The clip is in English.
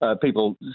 people